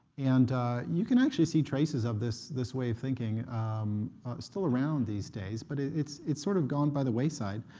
and you can actually see traces of this way way of thinking still around these days, but it's it's sort of gone by the wayside.